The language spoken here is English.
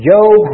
Job